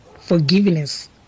forgiveness